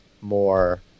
more